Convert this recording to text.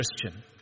Christian